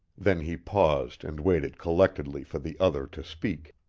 then he paused and waited collectedly for the other to speak.